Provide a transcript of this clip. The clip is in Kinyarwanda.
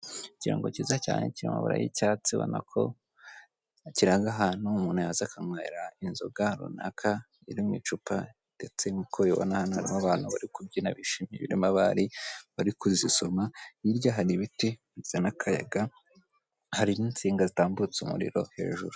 Hari inganda zisigaye zitunganya amata zikayashyira mu byansi bifite ingano itandukanye bitewe n'ubushobozi umuntu afite haba kitiro imwe, haba litiro eshanu, haba litiro eshatu ukayagura bikurikije n'ubushobozi ufite ukayajyana mu rugo wowe n'umuryango wawe mugasangira.